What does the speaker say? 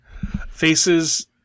Faces